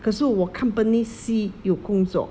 可是我 company C 有工作